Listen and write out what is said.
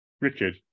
Richard